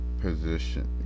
position